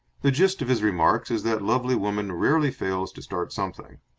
the gist of his remarks is that lovely woman rarely fails to start something.